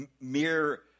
mere